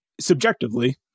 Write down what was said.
Subjectively